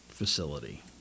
Facility